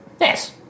Yes